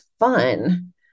Fun